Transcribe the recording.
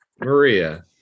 Maria